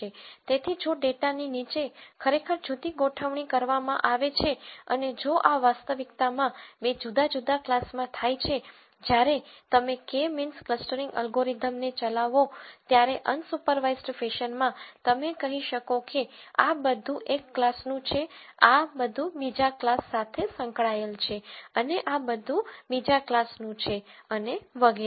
તેથી જો ડેટાની નીચે ખરેખર જુદી જુદી ગોઠવણી કરવામાં આવે છે અને જો આ વાસ્તવિકતામાં બે જુદા જુદા ક્લાસમાં થાય છે જ્યારે તમે કે મીનસ ક્લસ્ટરીંગ અલ્ગોરિધમને ચલાવો ત્યારે અનસુપરવાઈઝડ ફેશનમાં તમે કહી શકો છો કે આ બધું એક ક્લાસનું છે આ બધું બીજા ક્લાસ સાથે સંકળાયેલ છે અને આ બધું બીજા ક્લાસનું છે અને વગેરે